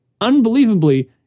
unbelievably